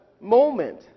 moment